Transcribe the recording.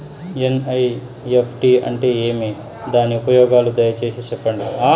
NEFT అంటే ఏమి? దాని ఉపయోగాలు దయసేసి సెప్పండి?